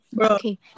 Okay